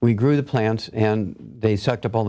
we grew the plants and they sucked up all